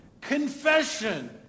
confession